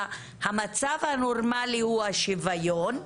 המצב הנורמלי הוא השוויון,